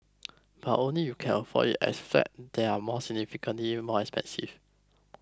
but only you can afford it as flats there are more significantly more expensive